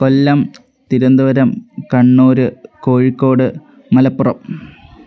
Kollam Thiruvananthapuram Kannur Kozhikode Malappuram